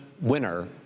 winner